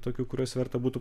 tokių kuriuos verta būtų